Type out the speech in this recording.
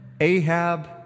Ahab